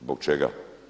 Zbog čega?